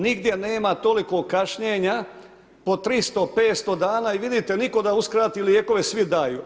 Nigdje nema toliko kašnjenja po 300, 500 dana i vidite nitko da uskrati lijekove, svi daju.